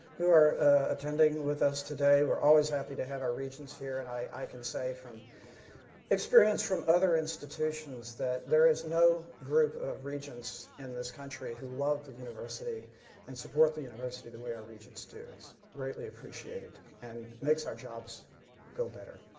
who are attending with us today. we are always happy to have our regents here. and i can say from experience from other institutions, there is no group of regents in this country who love the university and support the university the way our regents do. it is greatly appreciated and makes our jobs go better.